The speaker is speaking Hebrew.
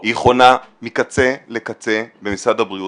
היא חונה מקצה לקצה במשרד הבריאות.